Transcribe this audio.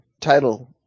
title